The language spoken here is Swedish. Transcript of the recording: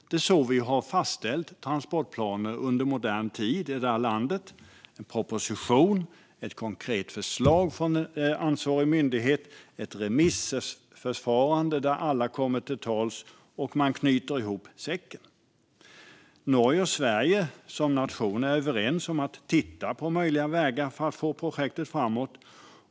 Det är så vi har fastställt transportplaner under modern tid i det här landet. Vi har en proposition, sedan ett konkret förslag från ansvarig myndighet som följs av ett remissförfarande där alla kommer till tals, och sedan knyter man ihop säcken. Norge och Sverige som nationer är överens om att titta på möjliga vägar för att föra projektet framåt.